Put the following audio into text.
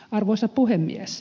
arvoisa puhemies